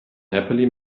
happily